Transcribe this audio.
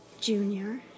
Junior